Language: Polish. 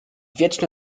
wieczne